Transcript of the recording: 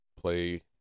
play